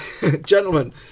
gentlemen